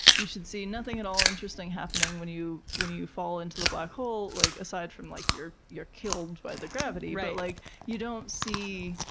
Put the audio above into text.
you should see nothing at all interesting happening when you when you fall into the black hole like aside from like you're you're killed by the gravity. but like you don't see,